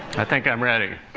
i think i'm ready.